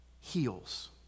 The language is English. heals